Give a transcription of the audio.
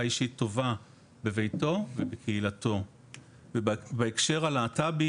אישית טובה בביתו ובקהילתו ובהקשר הלהט"ב,